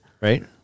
Right